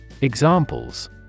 Examples